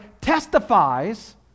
testifies